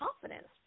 confidence